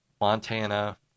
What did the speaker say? Montana